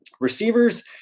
receivers